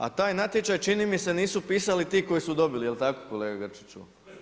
A taj natječaj, čini mi se nisu pisali ti koji su dobili, jel tako kolega Grčiću?